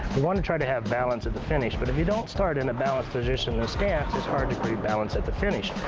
want to try to have balance at the finish, but if you don't start with and a balanced position, the stance is hard to rebalance at the finish.